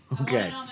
Okay